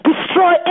Destroy